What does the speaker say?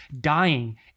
dying